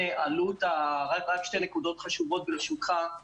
שתי נקודות חשובות, ברשותך.